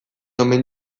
omen